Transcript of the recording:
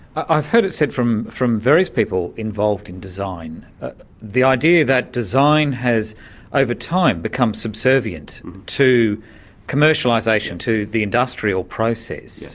i've heard it said from from various people involved in design the idea that design has over time become subservient to commercialisation, to the industrial process. yeah